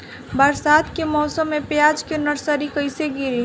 बरसात के मौसम में प्याज के नर्सरी कैसे गिरी?